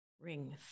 ring